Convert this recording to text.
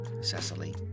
Cecily